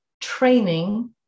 training